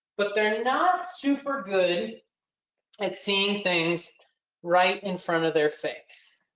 but they're not super good at seeing things right in front of their face.